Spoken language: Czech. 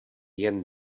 jen